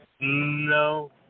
No